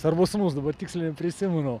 arba sūnus dabar tiksliai neprisimenu